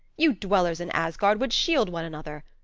you dwellers in asgard would shield one another.